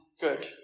good